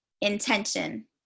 Intention